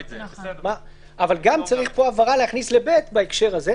אבל גם צריך להכניס פה הבהרה להכניס ל-ב בהקשר הזה.